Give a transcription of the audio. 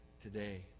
today